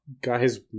guys